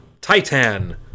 Titan